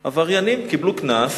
עבריינים, קיבלו קנס,